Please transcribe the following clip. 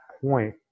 point